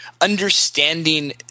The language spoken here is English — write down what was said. understanding